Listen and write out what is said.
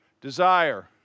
Desire